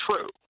true